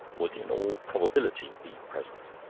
would in all probability be present.